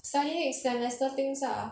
study next semester things lah